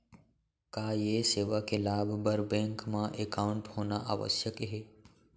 का ये सेवा के लाभ बर बैंक मा एकाउंट होना आवश्यक हे